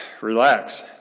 relax